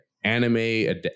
Anime